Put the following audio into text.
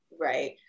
right